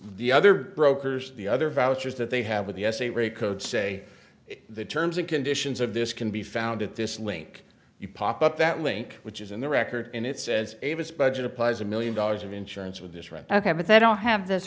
the other brokers the other vouchers that they have with e s a recode say the terms and conditions of this can be found at this link you pop up that link which is in the record and it says avis budget applies a million dollars of insurance with this right ok but they don't have this